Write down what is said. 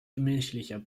gemächlicher